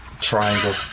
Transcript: Triangle